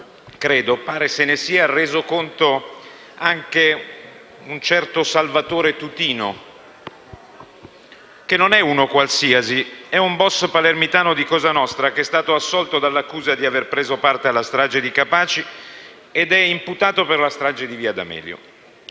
questo pare se ne sia reso conto anche un certo Vittorio Tutino, che non è uno qualsiasi: è un *boss* palermitano di cosa nostra che è stato assolto dall'accusa di aver preso parte alla strage di Capaci ed è imputato per la strage di via D'Amelio.